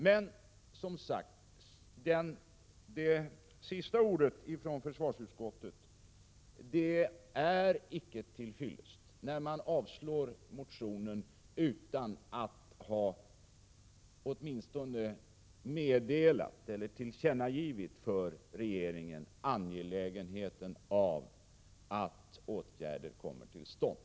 Men, som sagt, det sista ordet från försvarsutskottet är icke till fyllest när man avstyrker motionen utan att åtminstone ha givit regeringen till känna att man anser att det är angeläget att åtgärder kommer till stånd.